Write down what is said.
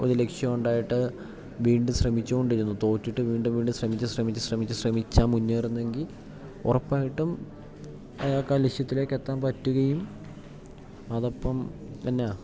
ഒരു ലക്ഷ്യം ഉണ്ടായിട്ട് വീണ്ടും ശ്രമിച്ചു കൊണ്ടിരുന്നു തോറ്റിട്ട് വീണ്ടും വീണ്ടും ശ്രമിച്ചു ശ്രമിച്ചു ശ്രമിച്ചു ശ്രമിച്ചാൽ മുന്നേറുന്നെ എങ്കിൽ ഉറപ്പായിട്ടും അയാൾക്ക് ആ ലക്ഷ്യത്തിലേക്ക് എത്താൻ പറ്റുകയും അത് അപ്പം എന്നാൽ